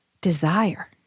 desire